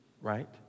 right